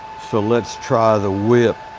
so let's try the whip.